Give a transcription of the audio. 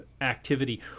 activity